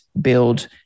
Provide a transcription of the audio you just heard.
build